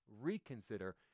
reconsider